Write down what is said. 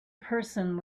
person